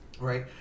Right